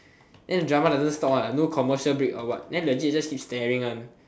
then the drama doesn't stop one no commercial break or what then legit just keep staring one